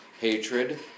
Hatred